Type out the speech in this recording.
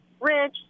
rich